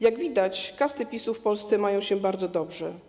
Jak widać, kasty PiS-u w Polsce mają się bardzo dobrze.